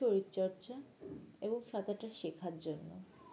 শরীরচর্চা এবং সাঁতারটা শেখার জন্য